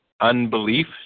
Unbelief